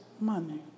money